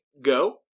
go